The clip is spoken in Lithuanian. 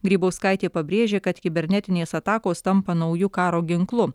grybauskaitė pabrėžė kad kibernetinės atakos tampa nauju karo ginklu